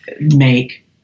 make